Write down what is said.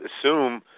assume